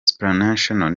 supranational